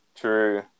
True